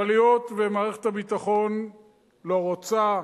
אבל היות שמערכת הביטחון לא רוצה,